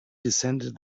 descended